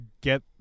get